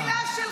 מה חדש?